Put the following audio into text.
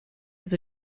was